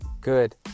good